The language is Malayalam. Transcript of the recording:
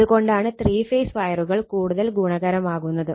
അത് കൊണ്ടാണ് ത്രീ ഫേസ് വയറുകൾ കൂടുതൽ ഗുണകരമാകുന്നത്